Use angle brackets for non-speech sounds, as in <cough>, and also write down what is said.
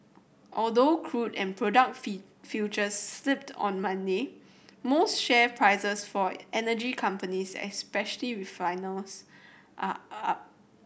although crude and product <unintelligible> futures slipped on Monday most share prices for energy companies especially refiners are up